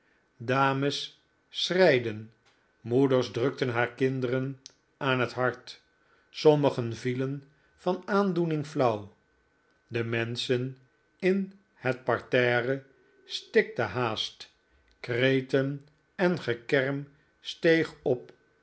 dames schreiden moeders drukten haar kinderen aan het hart sommigen vielen van aandoening flauw de menschen in het parterre stikten haast kreten en gekerm steeg op